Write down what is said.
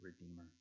Redeemer